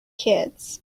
kids